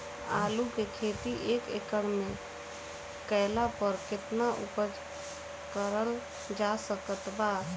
आलू के खेती एक एकड़ मे कैला पर केतना उपज कराल जा सकत बा?